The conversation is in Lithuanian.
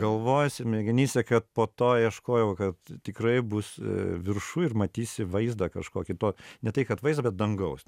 galvoj smegenyse kad po to ieškojau kad tikrai bus viršuj ir matysi vaizdą kažkokį to ne tai kad vaizdą bet dangaus